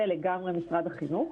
זה לגמרי באחריות משרד החינוך.